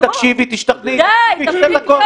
צריך למגר